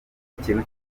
ikintu